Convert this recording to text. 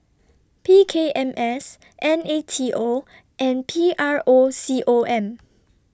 P K M S N A T O and P R O C O M